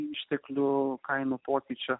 išteklių kainų pokyčio